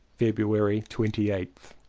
february twenty eighth.